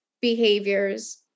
behaviors